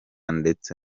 ndetse